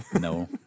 No